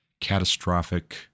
catastrophic